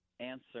answer